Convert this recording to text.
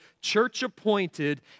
church-appointed